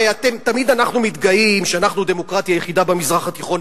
הרי תמיד אנחנו מתגאים שאנחנו הדמוקרטיה היחידה במזרח התיכון,